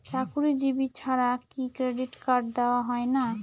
চাকুরীজীবি ছাড়া কি ক্রেডিট কার্ড দেওয়া হয় না?